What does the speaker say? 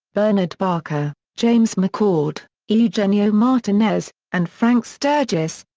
bernard barker, james mccord, eugenio martinez, and frank sturgis,